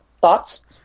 thoughts